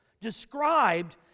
described